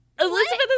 Elizabeth